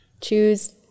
choose